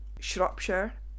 Shropshire